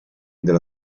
della